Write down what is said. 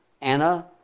Anna